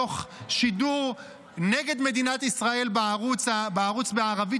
תוך שידור נגד מדינת ישראל בערוץ בערבית